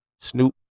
Snoop